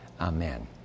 Amen